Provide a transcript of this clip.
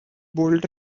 bold